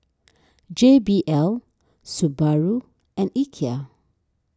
J B L Subaru and Ikea